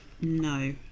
no